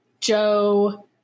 Joe